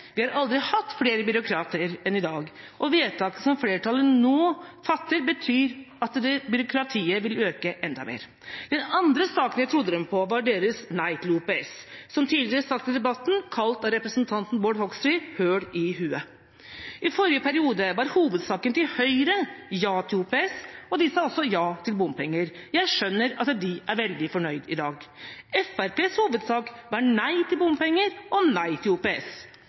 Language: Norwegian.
vi har aldri hatt flere byråkrater enn i dag, og vedtaket som flertallet nå fatter, betyr at byråkratiet vil øke enda mer. Den andre saken jeg trodde dem på, var deres nei til OPS. Som tidligere sagt i debatten, ble OPS av representanten Bård Hoksrud kalt «høl i hue». I forrige periode var hovedsaken til Høyre ja til OPS, og de sa også ja til bompenger. Jeg skjønner at de er veldig fornøyd i dag. Fremskrittspartiets hovedsak var nei til bompenger og nei til OPS.